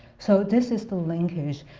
so this is the linkage,